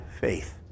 faith